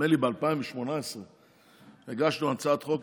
נדמה לי שב-2018 הגשנו הצעת חוק,